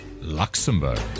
Luxembourg